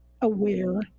aware